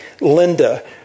Linda